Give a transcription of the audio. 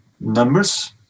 numbers